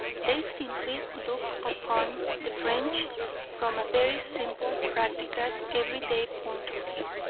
they simply looked upon the french from a very simple, practical, everyday point of view,